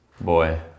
boy